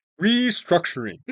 Restructuring